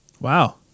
Wow